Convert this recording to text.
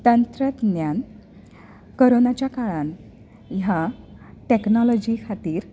तंत्रज्ञान कोरोनाच्या काळान ह्या टेक्नोलाॅजी खातीर